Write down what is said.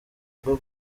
rwo